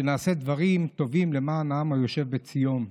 שנעשה דברים טובים למען העם היושב בציון,